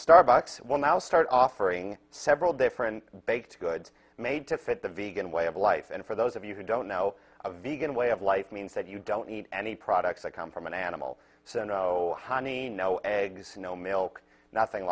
starbucks well now start offering several different baked goods made to fit the vegan way of life and for those of you who don't know a vegan way of life means that you don't need any products that come from an animal so no honey no eggs no milk nothing